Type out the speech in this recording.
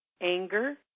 anger